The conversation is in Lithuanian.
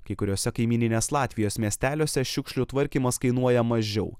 kai kuriose kaimyninės latvijos miesteliuose šiukšlių tvarkymas kainuoja mažiau